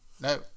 No